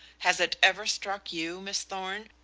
has it ever struck you, miss thorn,